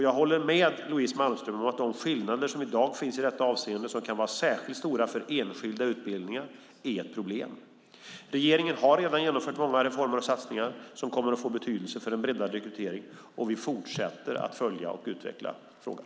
Jag håller med Louise Malmström om att de skillnader som i dag finns i detta avseende, och som kan vara särskilt stora för enskilda utbildningar, är ett problem. Regeringen har redan genomfört många reformer och satsningar som kommer att få betydelse för en breddad rekrytering, och vi fortsätter att följa och utveckla frågan.